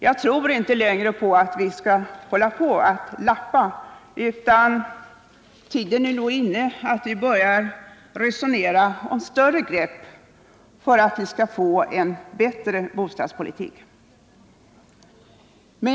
Jag tror inte längre på att vi skall fortsätta att lappa på systemet, utan tiden är nog inne för att vi skall börja resonera om större grepp för att få en bättre bostadspolitik.